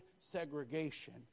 segregation